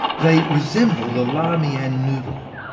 they resemble the la-mian noodle,